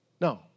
No